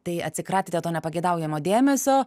tai atsikratėte to nepageidaujamo dėmesio